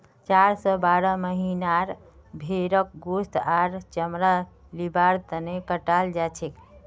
चार स बारह महीनार भेंड़क गोस्त आर चमड़ा लिबार तने कटाल जाछेक